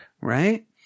Right